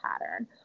pattern